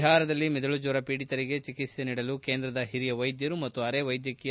ಬಿಹಾರದಲ್ಲಿ ಮೆದುಳು ಜ್ಞರ ಪೀಡಿತರಿಗೆ ಚಿಕಿತ್ಸೆ ನೀಡಲು ಕೇಂದ್ರದ ಹಿರಿಯ ವೈದ್ಯರು ಮತ್ತು ಅರೆ ವೈದ್ಯಕೀಯ